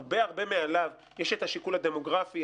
הרבה-הרבה מעליו יש את השיקול הדמוגרפי,